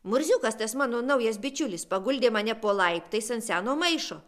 murziukas tas mano naujas bičiulis paguldė mane po laiptais ant seno maišo